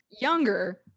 Younger